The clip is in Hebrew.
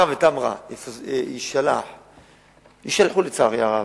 שבערערה ובתמרה יישלחו, לצערי הרב,